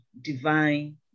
divine